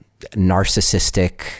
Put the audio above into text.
narcissistic